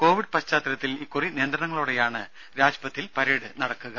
Covid പശ്ചാത്തലത്തിൽ ഇക്കുറി നിയന്ത്രണങ്ങളോടെയാണ് രാജ്പഥിൽ പരേഡ് നടക്കുക